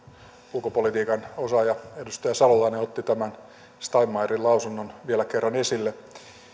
ulkopolitiikan osaaja edustaja salolainen otti tämän steinmeierin lausunnon vielä kerran esille